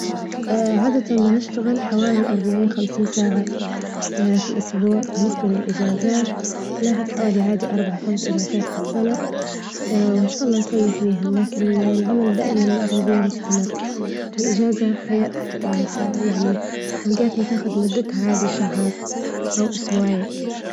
عادة ما نشتغل حوالي أربعين خمسين ساعة في الأسبوع، بالنسبة للإجازات ناخذ حوالي هذي أربعة خمس إجازات في السنة وإن شا الله نريح بيهم، لكن العمل دائما الأغلبية مستمر، والإجازة يعني ما تاخد مدتها عادي شهر أو أسبوعين.